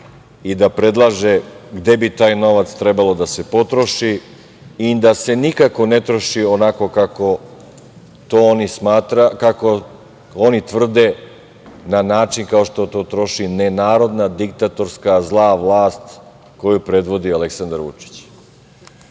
i da predlaže gde bi taj novac trebalo da se potroši i da se nikako ne troši onako kako, oni tvrde, na način kao što to troši nenarodna, diktatorska, zla vlast koju predvodi Aleksandar Vučić. To